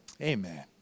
Amen